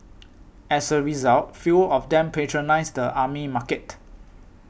as a result fewer of them patronise the army market